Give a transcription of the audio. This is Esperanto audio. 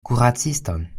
kuraciston